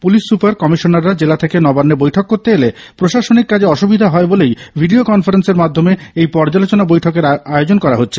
police super কমিশনাররা জেলা থেকে নবান্নে বৈঠক করতে এলে প্রশাসনিক কাজে অসুবিধা হয় বলেই ভিডিও কনফারেন্সের মাধ্যমে এই পর্যালোচনা বৈঠকের আয়োজন করা হচ্ছে